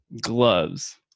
gloves –